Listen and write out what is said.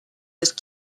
with